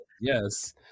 Yes